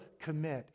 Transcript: commit